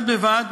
בד בבד,